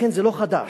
זה לא חדש,